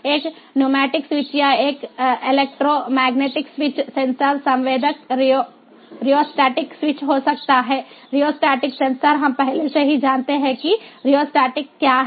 एक pneumatic switch या एक इलेक्ट्रोमैग्नेटिक स्विच सेंसर संवेदक रिओस्टेटिक स्विच हो सकता है रिओस्टेटिक सेंसर हम पहले से ही जानते हैं कि रिओस्टेट क्या है